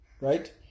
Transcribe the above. right